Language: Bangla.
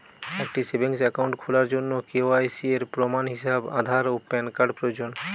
একটি সেভিংস অ্যাকাউন্ট খোলার জন্য কে.ওয়াই.সি এর প্রমাণ হিসাবে আধার ও প্যান কার্ড প্রয়োজন